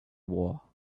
war